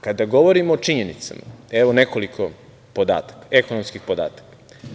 Kada govorimo o činjenicama, evo nekoliko ekonomskih podataka.